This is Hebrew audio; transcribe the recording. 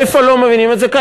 איפה לא מבינים את זה?